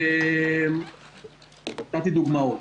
נתתי דוגמאות.